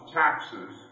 taxes